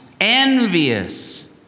envious